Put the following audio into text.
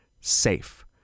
SAFE